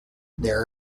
there